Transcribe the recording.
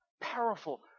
powerful